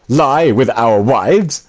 lie with our wives,